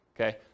okay